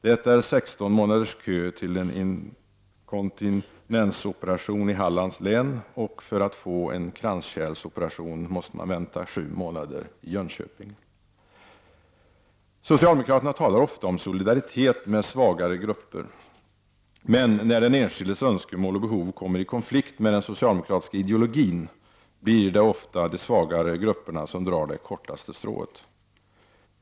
Det är 16 månaders kö till inkontinensoperation i Hallands län, och för att få en kranskärlsoperation måste man i Jönköping vänta 7 månader. Socialdemokraterna talar ofta om solidaritet med svagare grupper. Men när den enskildes önskemål och behov kommer i konflikt med den socialdemokratiska ideologin, blir det ofta de svagare grupperna som drar det kor taste strået.